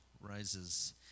rises